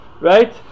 right